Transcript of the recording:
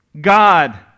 God